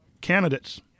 candidates